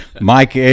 Mike